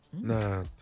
Nah